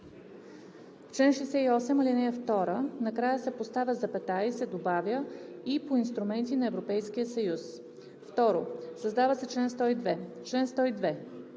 В чл. 68, ал. 2 накрая се поставя запетая и се добавя „и по инструменти на Европейския съюз“. 2. Създава се чл. 102: